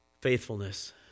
Faithfulness